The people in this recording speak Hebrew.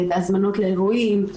בהזמנות לאירועים,